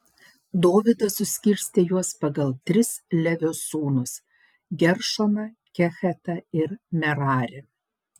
dovydas suskirstė juos pagal tris levio sūnus geršoną kehatą ir merarį